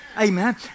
Amen